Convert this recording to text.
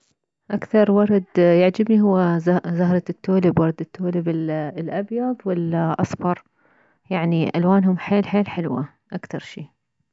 اكثر ورد يعجبني هو زهرة التوليب ورد التوليب الابيض والاصفر يعني الوانهم حيل حيل حلوة اكثر شي